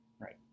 Right